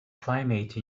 climate